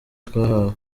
twahawe